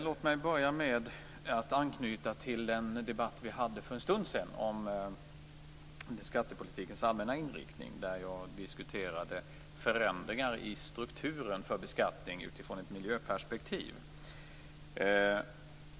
Låt mig börja med att anknyta till den debatt vi hade för en stund sedan om skattepolitikens allmänna inriktning, där jag diskuterade förändringar i strukturen för beskattning utifrån ett miljöperspektiv.